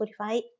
Spotify